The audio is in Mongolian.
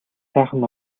сайхан